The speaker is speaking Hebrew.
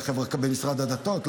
במשרד הדתות,